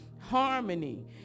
harmony